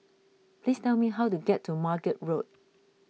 please tell me how to get to Margate Road